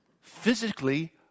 physically